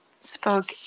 spoke